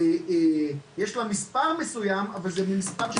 יש לה מספר מסוים אבל זה מספר.